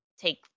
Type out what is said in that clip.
take